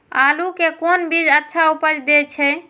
आलू के कोन बीज अच्छा उपज दे छे?